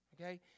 Okay